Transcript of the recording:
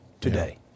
today